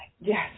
Yes